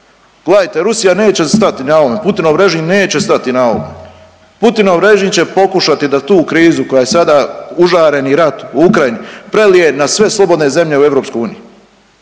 Gledajte, Rusija neće stati, ovaj Putinov režim neće stati na ovome. Putinov režim će pokušati da tu krizu koja je sada užareni rat u Ukrajini prelije na sve slobodne zemlje u EU